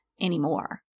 anymore